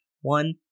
One